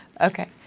Okay